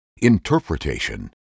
interpretation